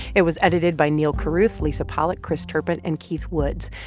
it was edited by neal carruth, lisa pollak, chris turpin and keith woods.